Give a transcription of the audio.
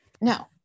no